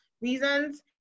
reasons